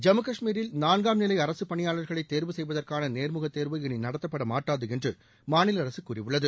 ஜம்மு காஷ்மீரில் நான்காம் நிலை அரசு பணியாளர்களை தேர்வு செய்வதற்கான நேர்முக தேர்வு இளி நடத்தப்பட மாட்டாது என்று மாநில அரசு கூறியுள்ளது